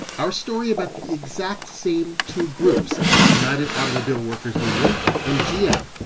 our story about the exact same two groups the united automobile workers union and gm.